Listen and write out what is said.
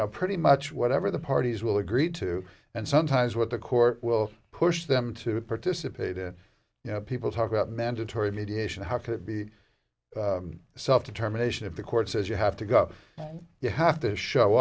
know pretty much whatever the parties will agree to and sometimes what the court will push them to participate in you know people talk about mandatory mediation how could be self determination if the court says you have to go up you have to show